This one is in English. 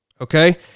Okay